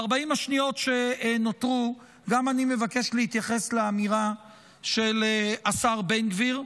ב-40 השניות שנותרו גם אני מבקש להתייחס לאמירה של השר בן גביר,